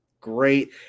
great